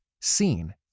seen